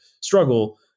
struggle